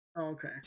Okay